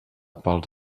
pels